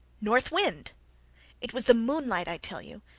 north wind it was the moonlight, i tell you,